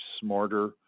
smarter